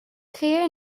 créa